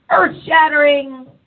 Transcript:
earth-shattering